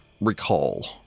recall